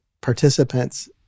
participants